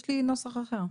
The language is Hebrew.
יש לי נוסח אחר.